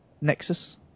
Nexus